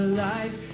life